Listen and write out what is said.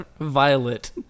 Violet